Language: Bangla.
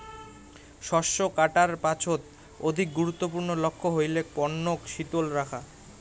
শস্য কাটার পাছত অধিক গুরুত্বপূর্ণ লক্ষ্য হইলেক পণ্যক শীতল রাখা